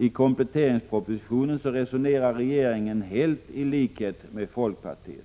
I kompletteringspropositionen resonerar regeringen helt i likhet med folkpartiet.